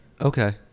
Okay